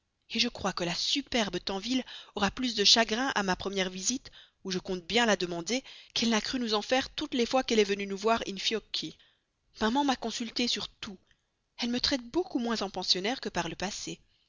ensemble je crois que la superbe tanville aura plus de chagrin à ma première visite où je compte bien la demander qu'elle n'a cru nous en faire toutes les fois qu'elle est venue nous voir dans son in fiocchi maman m'a consultée sur tout elle me traite beaucoup moins en pensionnaire que par le passé